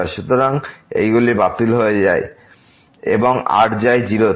সুতরাং এইগুলি বাতিল হয়ে এবং r যায় 0 তে